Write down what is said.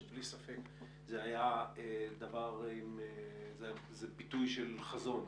שבלי ספק זה ביטוי של חזון,